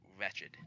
wretched